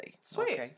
Sweet